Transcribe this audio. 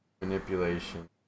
manipulation